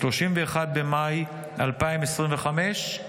31 במאי 2025,